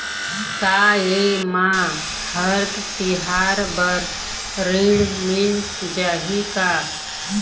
का ये मा हर तिहार बर ऋण मिल जाही का?